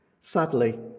Sadly